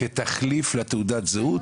כתחליף לתעודת זהות,